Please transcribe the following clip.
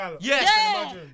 Yes